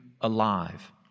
alive